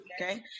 Okay